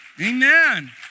amen